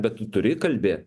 bet turi kalbė